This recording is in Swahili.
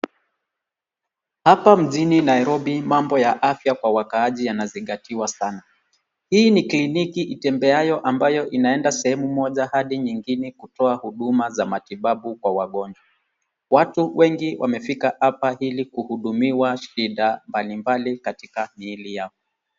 Hapa mjini Nairobi mambo ya afya ya wakaaji yanazingatiwa sana. Hii ni kliniki itembeayo ambayo inaenda sehemu moja hadi nyingine kutoa matibabu kwa wagonjwa. Watu wengi wamefika hapa ilikuhudumiwa shida mbalimbali katika miili yao.